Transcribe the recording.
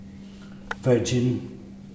Virgin